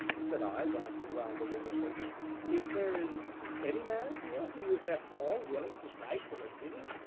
said i, glancing round the ring of faces, if there is any man here who is at all willing to fight for a guinea,